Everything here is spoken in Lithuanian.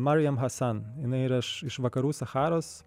mariam hasan jinai yra iš iš vakarų sacharos